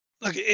Look